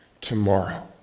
tomorrow